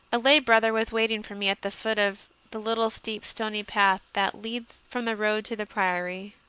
a lay-brother was waiting for me at the foot of the little steep stony path that leads from the road to the priory,